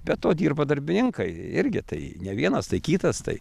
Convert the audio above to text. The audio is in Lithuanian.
be to dirba darbininkai irgi tai ne vienas tai kitas tai